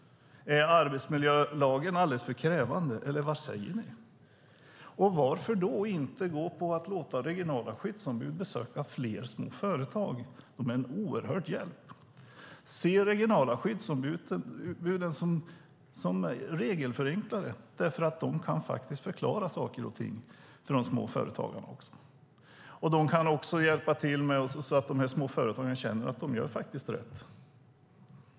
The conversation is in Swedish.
Är arbetsmiljölagen alldeles för krävande eller vad säger ni? Varför då inte låta regionala skyddsombud besöka fler företag? De är en oerhörd hjälp. Se regionala skyddsombud som regelförenklare! De kan förklara saker och ting för de små företagarna, och de kan hjälpa till så att de små företagen känner att de gör rätt.